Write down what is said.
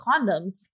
condoms